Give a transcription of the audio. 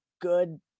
good